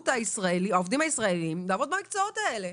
העובדים הישראלים לעבוד במקצועות האלה.